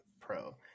pro